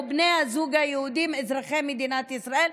או בני הזוג היהודים אזרחי מדינת ישראל,